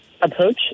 approach